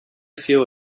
few